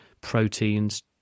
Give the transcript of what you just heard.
proteins